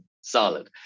solid